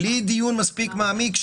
בלי דיון מספיק מעמיק,